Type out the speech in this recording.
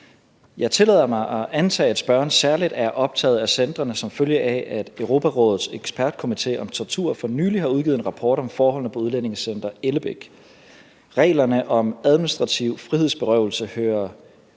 Jeg tillader mig at antage, at spørgeren særlig er optaget af centrene, som følge af at Europarådets ekspertkomité om tortur for nylig har udgivet en rapport om forholdene på Udlændingecenter Ellebæk. Reglerne om administrativ frihedsberøvelse hører